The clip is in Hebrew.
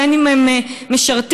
בין שהם משרתים,